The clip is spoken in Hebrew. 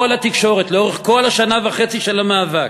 כל התקשורת לאורך כל השנה וחצי של המאבק,